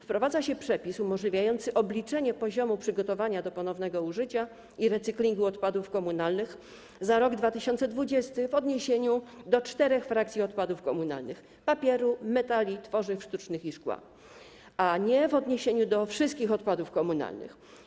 Wprowadza się przepis umożliwiający obliczenie poziomu przygotowania do ponownego użycia i recyklingu odpadów komunalnych za rok 2020 w odniesieniu do czterech frakcji odpadów komunalnych: papieru, metali, tworzyw sztucznych i szkła, a nie w odniesieniu do wszystkich odpadów komunalnych.